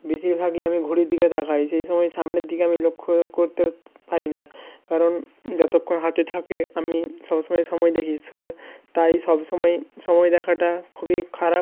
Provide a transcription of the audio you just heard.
বেশির ভাগই আমি ঘড়ির দিকে তাকাই যেই সময় সামনে দিকে আমি লক্ষ্য করতে পারি না কারণ যতক্ষণ হাতে থাকে আমি সব সময় সময় দেখি সো তাই সব সময় সময় দেখাটা খুবই খারাপ